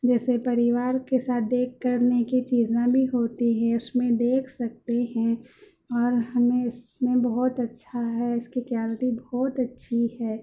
جیسے پریوار کے ساتھ دیکھ کرنے کی چیزیں بھی ہوتی ہیں اس میں دیکھ سکتے ہیں اور ہمیں اس میں بہت اچھا ہے اس کی کوالٹی بہت اچّھی ہے